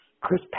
Chris